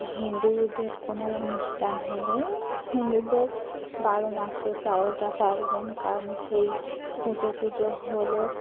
হিন্দুদের কোনো অনুষ্ঠান হলে হিন্দুদের বারো মাসে তেরোটা পার্বণ কারণ সেই পুজো টুজো হলে